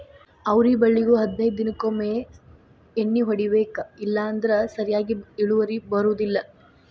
ಅವ್ರಿ ಬಳ್ಳಿಗು ಹದನೈದ ದಿನಕೊಮ್ಮೆ ಎಣ್ಣಿ ಹೊಡಿಬೇಕ ಇಲ್ಲಂದ್ರ ಸರಿಯಾಗಿ ಇಳುವರಿ ಬರುದಿಲ್ಲಾ